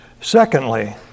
secondly